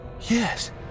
Yes